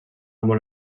molt